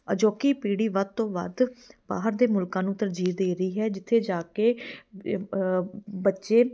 ਅਜੋਕੀ ਪੀੜ੍ਹੀ ਵੱਧ ਤੋਂ ਵੱਧ ਬਾਹਰ ਦੇ ਮੁਲਕਾਂ ਨੂੰ ਤਰਜੀਹ ਦੇ ਰਹੀ ਹੈ ਜਿੱਥੇ ਜਾ ਕੇ ਬੱਚੇ